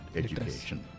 education